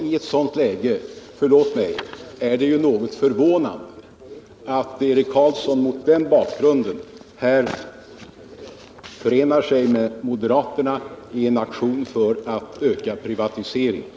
I ett sådant läge är det ju något förvånande att Eric Carlsson förenar sig med moderaterna i en aktion för att öka privatiseringen.